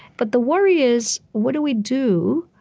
but the worry is what do we do